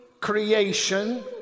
creation